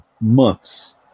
months